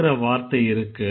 ங்கற வார்த்தை இருக்கு